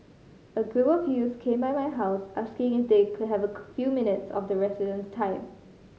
a group of youths came by my house asking if they could have a few minutes of the resident's time